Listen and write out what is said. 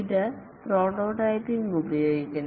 ഇത് പ്രോട്ടോടൈപ്പിംഗ് ഉപയോഗിക്കുന്നു